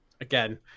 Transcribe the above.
Again